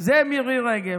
זה מירי רגב.